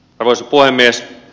arvoisa puhemies